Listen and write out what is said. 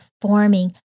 forming